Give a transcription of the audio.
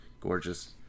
gorgeous